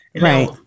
Right